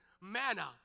manna